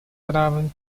правам